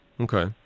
Okay